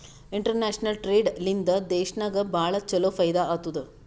international trade ಲಿಂದಾ ದೇಶನಾಗ್ ಭಾಳ ಛಲೋ ಫೈದಾ ಆತ್ತುದ್